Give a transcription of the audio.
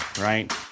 right